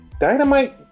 Dynamite